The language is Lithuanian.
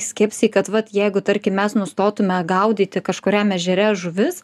skepsį kad vat jeigu tarkim mes nustotume gaudyti kažkuriam ežere žuvis